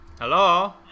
Hello